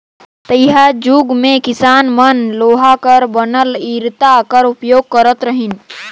तइहाजुग मे किसान मन लोहा कर बनल इरता कर उपियोग करत रहिन